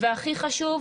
והכי חשוב,